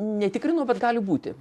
netikrinau bet gali būti